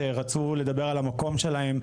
שרצו לדבר על המקום שלהם,